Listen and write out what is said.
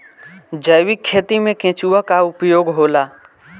जैविक खेती मे केचुआ का उपयोग होला?